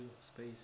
space